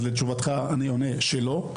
אז לתשובתך אני עונה שלא,